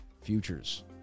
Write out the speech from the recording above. futures